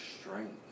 strength